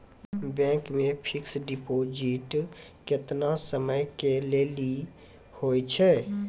Bank मे fixed deposit केतना समय के लेली होय छै?